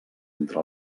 entre